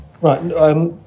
Right